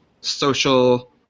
social